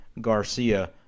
Garcia